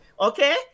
okay